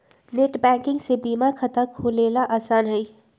net banking से बीमा खाता खोलेला आसान हई